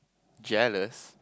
jealous